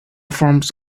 forms